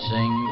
Sing